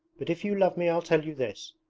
but if you love me i'll tell you this.